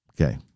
Okay